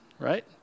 right